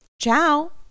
Ciao